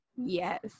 yes